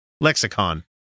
Lexicon